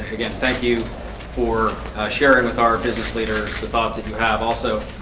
again, thank you for sharing with our business leaders the thoughts that you have. also,